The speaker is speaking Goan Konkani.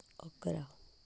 अकरा